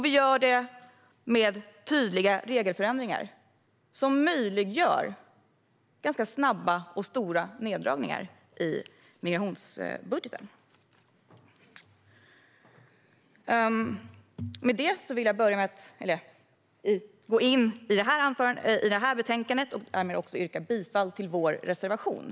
Vi gör detta med tydliga regelförändringar som möjliggör ganska snabba och stora neddragningar i migrationsbudgeten. Därmed ska jag gå in på detta betänkande, och jag yrkar bifall till vår reservation.